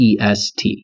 EST